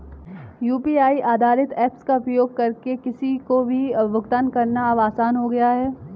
UPI आधारित apps का उपयोग करके किसी को भी भुगतान करना अब आसान हो गया है